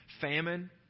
famine